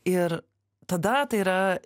ir tada tai yra